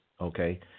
okay